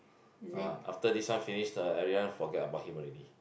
ah after this one finish then everyone forget about him already